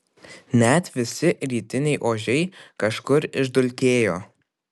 net visi rytiniai ožiai kažkur išdulkėjo